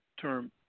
term